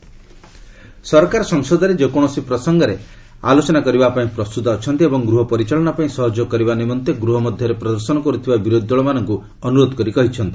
ଗଭ୍ ପାର୍ଲ ସରକାର ସଂସଦରେ ଯେକୌଣସି ପ୍ରସଙ୍ଗରେ ସଂସଦରେ ଆଲୋଚନା କରିବା ପାଇଁ ପ୍ରସ୍ତୁତ ଅଛନ୍ତି ଏବଂ ଗୃହ ପରିଚାଳନା ପାଇଁ ସହଯୋଗ କରିବା ନିମନ୍ତେ ଗୃହ ମଧ୍ୟରେ ପ୍ରଦର୍ଶନ କରୁଥିବା ବିରୋଧୀ ଦଳମାନଙ୍କୁ ଅନୁରୋଧ କରି କହିଛନ୍ତି